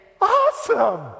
awesome